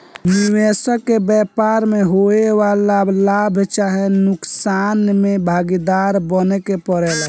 निबेसक के व्यापार में होए वाला लाभ चाहे नुकसान में भागीदार बने के परेला